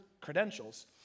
credentials